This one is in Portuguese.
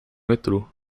metrô